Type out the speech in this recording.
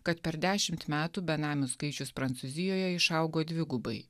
kad per dešimt metų benamių skaičius prancūzijoje išaugo dvigubai